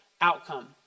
outcome